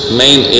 main